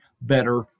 better